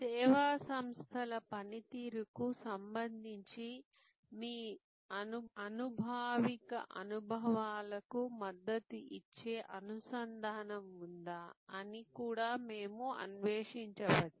సేవా సంస్థల పనితీరుకు సంబంధించి మీ అనుభావిక అనుభవాలకు మద్దతు ఇచ్చే అనుసంధానం ఉందా అని కూడా మేము అన్వేషించవచ్చు